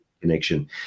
connection